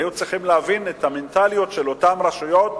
היו צריכים להבין את המנטליות של אותן רשויות,